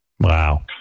Wow